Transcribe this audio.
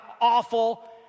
awful